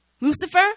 Lucifer